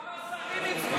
גם השרים שלך הצביעו בעד.